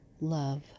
love